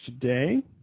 Today